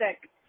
sick